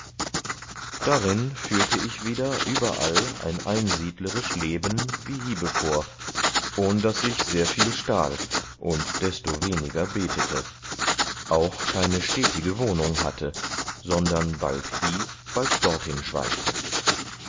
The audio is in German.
darin führte ich wieder überall ein einsiedlerisch leben wie hiebevor ohn daß ich sehr viel stahl und destoweniger betete auch keine stetige wohnung hatte sondern bald hie bald dorthin schweifte